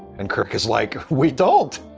and kirk is like, we don't!